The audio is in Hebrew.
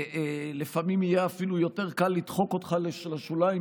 לפעמים יהיה יותר קל לדחוק אותך לשוליים,